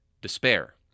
despair